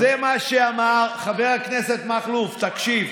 חבר הכנסת מכלוף, תקשיב,